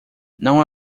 não